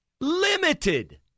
limited